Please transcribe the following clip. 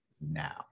now